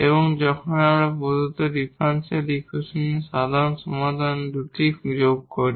এবং যখন আমরা প্রদত্ত ডিফারেনশিয়াল ইকুয়েশনের সাধারণ সমাধান আমরা দুটো যোগ করি